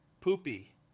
Poopy